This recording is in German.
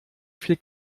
viel